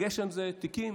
הגשם זה תיקים